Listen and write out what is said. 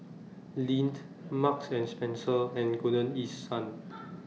Lindt Marks and Spencer and Golden East Sun